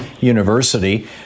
University